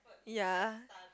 ya